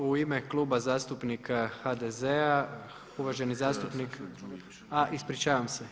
U ime Kluba zastupnika HDZ-a uvaženi zastupnik, ispričavam se.